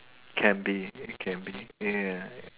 can be it can be ya